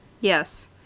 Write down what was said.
Yes